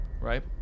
Right